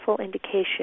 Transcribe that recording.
indication